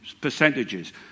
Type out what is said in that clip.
Percentages